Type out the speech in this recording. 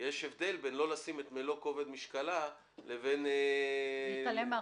יש הבדל בין "לא לשים את מלוא כובד משקלה" לבין -- להתעלם מהחוק.